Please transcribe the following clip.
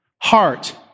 Heart